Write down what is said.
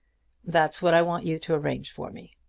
that's what i want you to arrange for me.